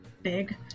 Big